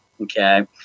okay